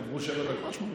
עברו שבע דקות.